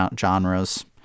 genres